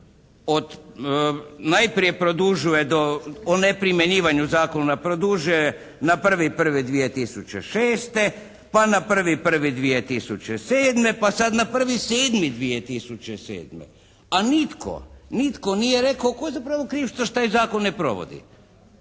od, najprije produžuje do, o neprimjenjivanju zakona produžuje na 1.1.2006. pa na 1.1.2007. pa sad na 1.7.2007. A nitko, nitko nije rekao tko je zapravo kriv što se taj zakon ne provodi?